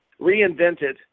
reinvented